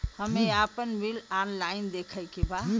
हमे आपन bill online देखे के बा?